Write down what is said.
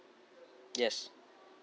yes